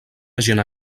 agent